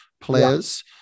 players